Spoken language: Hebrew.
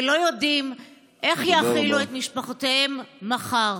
ולא יודעים איך יאכילו את משפחותיהם מחר.